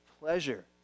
pleasure